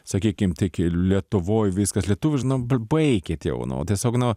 sakykim tik lietuvoj viskas lietuviš nu baikit jau nu tiesiog nu